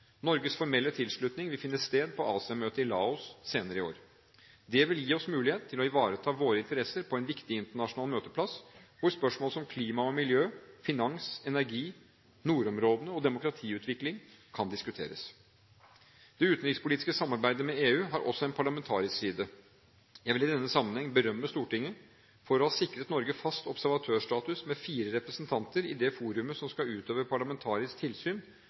Norges formelle tilslutning vil finne sted på ASEM-møtet i Laos senere i år. Det vil gi oss mulighet til å ivareta våre interesser på en viktig internasjonal møteplass hvor spørsmål som klima og miljø, finans, energi, nordområdene og demokratiutvikling kan diskuteres. Det utenrikspolitiske samarbeidet med EU har også en parlamentarisk side. Jeg vil i denne sammenheng berømme Stortinget for å ha sikret Norge fast observatørstatus med fire representanter i det forumet som skal utøve parlamentarisk tilsyn